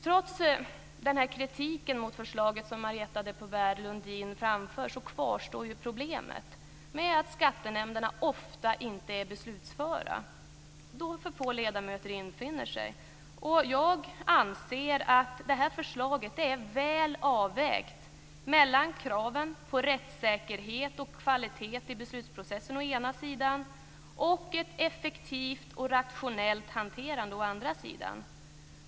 Trots den kritik mot förslaget som Marietta de Pourbaix-Lundin framför kvarstår problemet att skattenämnderna på grund av att för få ledamöter infinner sig ofta inte är beslutföra. Jag anser att det här förslaget är väl avvägt mellan kraven å ena sidan på rättssäkerhet och kvalitet i beslutsprocessen, å andra sidan ett effektivt och rationellt hanterande.